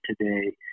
today